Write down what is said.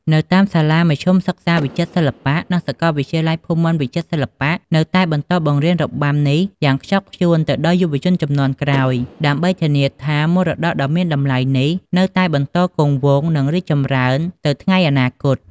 នៅតាមសាលាមធ្យមសិក្សាវិចិត្រសិល្បៈ និងសាកលវិទ្យាល័យភូមិន្ទវិចិត្រសិល្បៈ នៅតែបន្តបង្រៀនរបាំនេះយ៉ាងខ្ជាប់ខ្ជួនទៅដល់យុវជនជំនាន់ក្រោយ ដើម្បីធានាថា មរតកដ៏មានតម្លៃនេះនៅតែបន្តគង់វង្ស និងរីកចម្រើនទៅថ្ងៃអនាគត។